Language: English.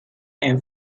and